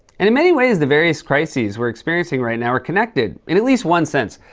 and in many ways, the various crises we're experiencing right now are connected in at least one sense.